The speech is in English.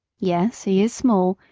yes, he is small,